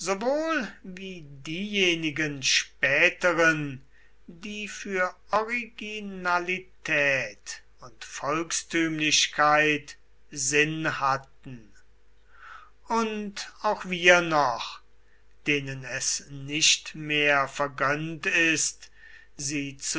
wie diejenigen späteren die für originalität und volkstümlichkeit sinn hatten und auch wir noch denen es nicht mehr vergönnt ist sie